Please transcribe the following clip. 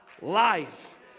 life